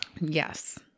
Yes